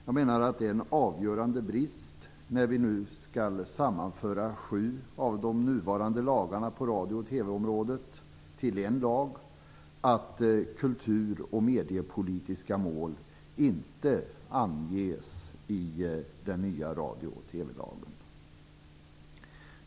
Jag menar att det är en avgörande brist när vi nu skall sammanföra sju av de nuvarande lagarna på radio och TV-området till en lag att kultur och mediepolitiska mål inte anges i den nya radio och TV lagen.